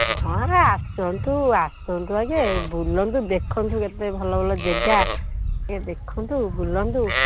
ହଁ ଆରେ ଆସନ୍ତୁ ଆସନ୍ତୁ ଆଗେ ବୁଲନ୍ତୁ ଦେଖନ୍ତୁ କେତେ ଭଲ ଭଲ ଯାଗା ଟିକେ ଦେଖନ୍ତୁ ବୁଲନ୍ତୁ